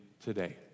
today